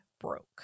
broke